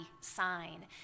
sign